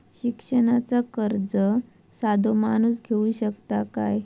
शिक्षणाचा कर्ज साधो माणूस घेऊ शकता काय?